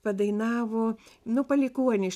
padainavo nu palikuonis